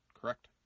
correct